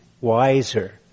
wiser